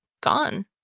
gone